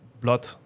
blood